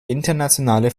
internationale